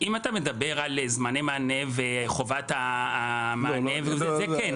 אם אתה מדבר על זמני מענה וחובת המענה, זה כן.